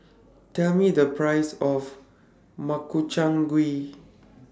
Tell Me The Price of Makchang Gui